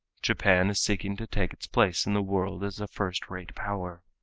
japan is seeking to take its place in the world as a first rate power.